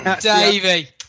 Davey